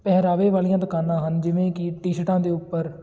ਪਹਿਰਾਵੇ ਵਾਲੀਆਂ ਦੁਕਾਨਾਂ ਹਨ ਜਿਵੇਂ ਕਿ ਟੀਸ਼ਟਾਂ ਦੇ ਉੱਪਰ